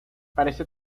parece